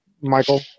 Michael